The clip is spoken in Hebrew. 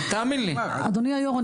אדוני היושב-ראש,